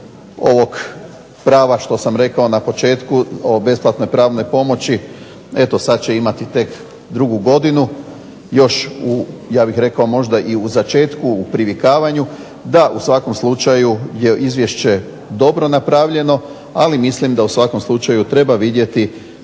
ovog prava što sam rekao na početku o besplatnoj pravnoj pomoći eto sad će imati tek drugu godinu, još u ja bih rekao možda i u začetku, u privikavanju da u svakom slučaju je izvješće dobro napravljeno, ali mislim da u svakom slučaju treba vidjeti